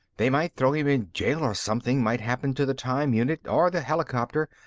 they might throw him in jail or something might happen to the time unit or the helicopter.